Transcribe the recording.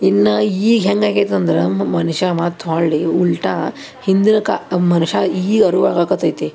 ಇನ್ನು ಈಗ ಹೆಂಗಾಗೈತಿ ಅಂದ್ರೆ ಮನುಷ್ಯ ಮತ್ತು ಹೊಳ್ಳಿ ಉಲ್ಟಾ ಹಿಂದ್ರ ಕಾ ಮನುಷ್ಯ ಈಗ ಅರಿವಾಗಾಕ್ಕತ್ತೈತಿ